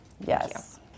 yes